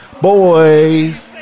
boys